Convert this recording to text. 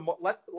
let